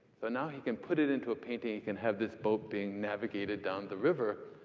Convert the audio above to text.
so now he can put it into a painting. he can have this boat being navigated down the river.